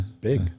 Big